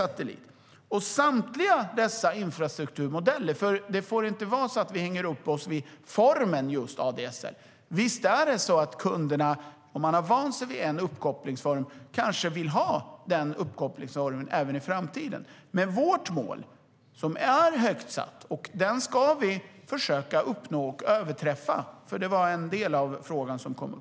Det handlar om samtliga dessa infrastrukturmodeller, för vi får inte hänga upp oss just på formen ADSL. Visst är det så att om man som kund har vant sig vid en uppkopplingsform vill man gärna ha den även i framtiden. Men vårt mål - som är högt satt - ska vi försöka uppnå och överträffa. Det var en del av den fråga som kom upp.